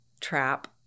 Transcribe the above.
trap